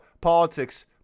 Politics